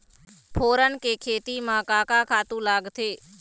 फोरन के खेती म का का खातू लागथे?